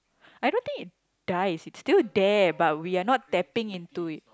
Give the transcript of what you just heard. I don't think it dies it still there but we are not tapping into it